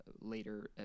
later